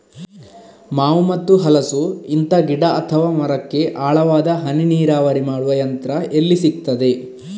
ಮಾವು ಮತ್ತು ಹಲಸು, ಇಂತ ಗಿಡ ಅಥವಾ ಮರಕ್ಕೆ ಆಳವಾದ ಹನಿ ನೀರಾವರಿ ಮಾಡುವ ಯಂತ್ರ ಎಲ್ಲಿ ಸಿಕ್ತದೆ?